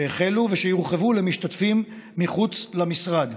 שהחלו ויורחבו למשתתפים מחוץ למשרד.